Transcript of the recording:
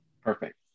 Perfect